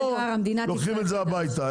לא לוקחים את זה הביתה.